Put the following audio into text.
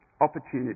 Opportunity